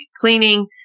cleaning